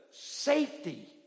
safety